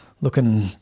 looking